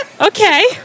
Okay